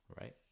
right